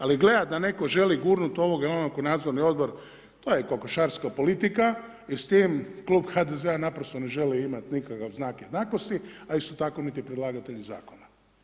Ali, gledat da neko želi gurnut ovoga ili onoga u nadzorni odbor, to je kokošarska politika jer s tim klub HDZ-a naprosto ne želi imati nikakav znak jednakosti, a isto tako niti predlagatelji zakona.